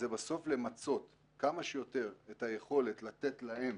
זה בסוף למצות כמה שיותר את היכולת לתת להם